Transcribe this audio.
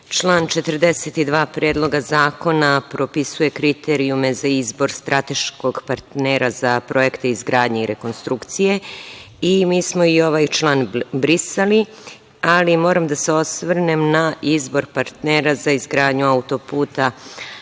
član 42. Predloga zakona propisuje kriterijume za izbor strateškog partnera za projekte izgradnje i rekonstrukcije. Mi smo i ovaj član brisali, ali moram da se osvrnem na izbor partnera za izgradnju auto-puta